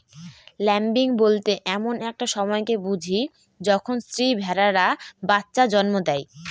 lambing বলতে এমন একটা সময়কে বুঝি যখন স্ত্রী ভেড়ারা বাচ্চা জন্ম দেয়